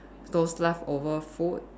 those leftover food